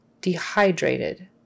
dehydrated